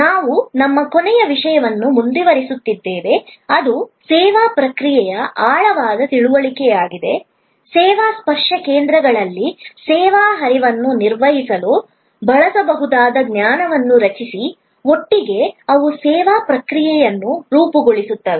ನಾವು ನಮ್ಮ ಕೊನೆಯ ವಿಷಯವನ್ನು ಮುಂದುವರಿಸುತ್ತಿದ್ದೇವೆ ಅದು ಸೇವಾ ಪ್ರಕ್ರಿಯೆಯ ಆಳವಾದ ತಿಳುವಳಿಕೆಯಾಗಿದೆ ಸೇವಾ ಸ್ಪರ್ಶ ಕೇಂದ್ರಗಳಲ್ಲಿ ಸೇವಾ ಹರಿವನ್ನು ನಿರ್ವಹಿಸಲು ಬಳಸಬಹುದಾದ ಜ್ಞಾನವನ್ನು ರಚಿಸಿ ಒಟ್ಟಿಗೆ ಅವು ಸೇವಾ ಪ್ರಕ್ರಿಯೆಯನ್ನು ರೂಪಿಸುತ್ತವೆ